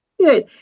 Good